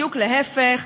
בדיוק להפך.